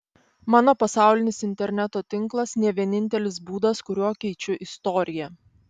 mano pasaulinis interneto tinklas ne vienintelis būdas kuriuo keičiu istoriją